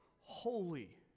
holy